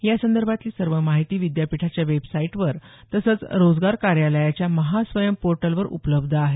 या संदर्भातली सर्व माहिती विद्यापीठाच्या वेब साईटवर तसंच रोजगार कार्यालयाच्या महास्वयं पोर्टल वर उपलब्ध आहे